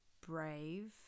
brave